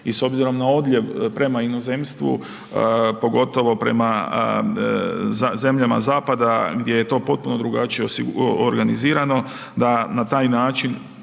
i s obzirom na odljev prema inozemstvu, pogotovo prema zemljama zapada gdje je to potpuno drugačije organizirano da na taj način